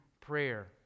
prayer